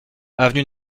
avenue